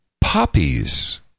poppies